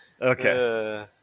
Okay